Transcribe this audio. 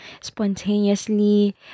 spontaneously